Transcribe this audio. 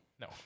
No